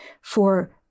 for-